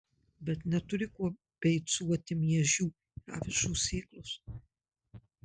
bet neturi kuo beicuoti miežių ir avižų sėklos